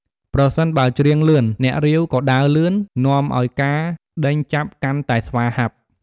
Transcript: ប្រសិនបើច្រៀងលឿន អ្នករាវក៏ដើរលឿន នាំឱ្យការដេញចាប់កាន់តែស្វាហាប់។